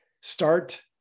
start